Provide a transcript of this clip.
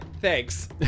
Thanks